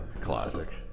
classic